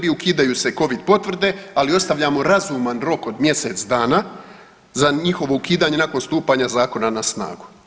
ukidaju se Covid potvrde, ali ostavljamo razuman rok od mjesec dana za njihovo ukidanje nakon stupanja Zakona na snagu.